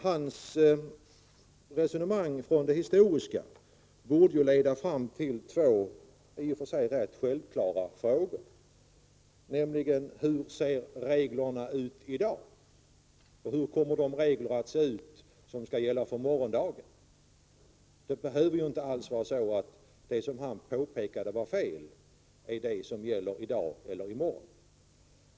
Hans historiska resonemang borde leda fram till två i och för sig rätt självklara frågor: Hur ser reglerna ut i dag, och hur kommer de regler att se ut som skall gälla för morgondagen? Det behöver inte alls vara så att det som Bertil Danielsson påpekade var fel är oriktigt i dag eller i morgon.